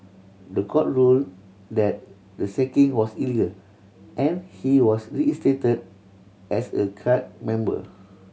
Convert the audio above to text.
the court ruled that the sacking was illegal and he was reinstated as a cadre member